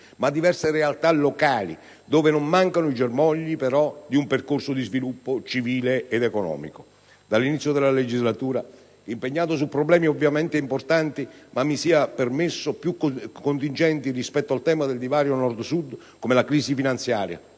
ma diverse realtà locali, dove non mancano i germogli di un percorso di sviluppo civile ed economico. Dall'inizio della legislatura, impegnato su problemi ovviamente importanti, ma - mi sia permesso - più contingenti rispetto al tema del divario Nord Sud (come la crisi finanziaria,